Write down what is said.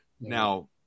Now